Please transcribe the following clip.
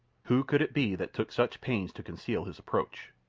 who could it be that took such pains to conceal his approach?